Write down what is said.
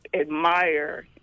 admire